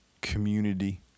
community